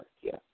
Yes